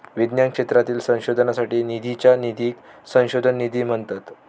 विज्ञान क्षेत्रातील संशोधनासाठी निधीच्या निधीक संशोधन निधी म्हणतत